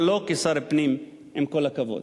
אבל לא כשר פנים, עם כל הכבוד.